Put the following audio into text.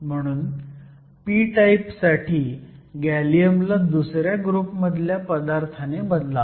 म्हणून p type साठी गॅलियमला दुसऱ्या ग्रुपमधल्या पदार्थाने बदलावा